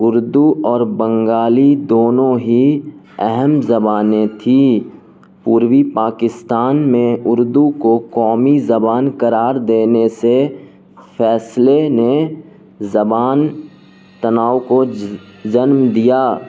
اردو اور بنگالی دونوں ہی اہم زبانیں تھیں پوروی پاکستان میں اردو کو قومی زبان قرار دینے سے فیصلے نے زبان تناؤ کو جنم دیا